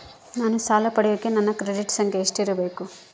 ನಾನು ಸಾಲ ಪಡಿಯಕ ನನ್ನ ಕ್ರೆಡಿಟ್ ಸಂಖ್ಯೆ ಎಷ್ಟಿರಬೇಕು?